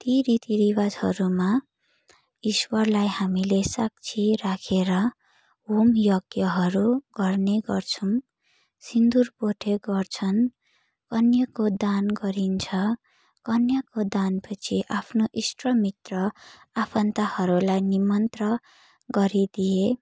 ती रीतिरिवाजहरूमा ईश्वरलाई हामीले साक्षी राखेर होम यज्ञहरू गर्ने गर्छन् सिन्दुर पोते गर्छन् कन्याको दान गरिन्छ कन्याको दान पछि आफ्नो इष्टमित्र आफन्तहरूलाई निमन्त्रण गरिदिए